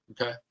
Okay